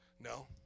No